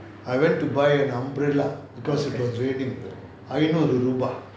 I went to buy an umbrella because it was raining ah ஐநூறு ரூபா:ainooru rubaa